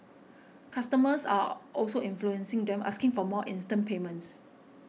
customers are also influencing them asking for more instant payments